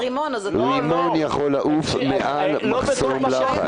רימון אז --- רימון יכול לעוף מעל מחסום לחץ.